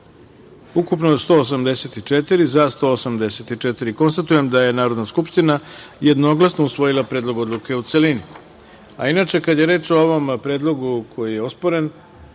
184, za – 184.Konstatujem da je Narodna skupština jednoglasno usvojila Predlog odluke, u celini. Inače, kada je reč o ovom predlogu koji je osporen,